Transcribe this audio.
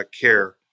care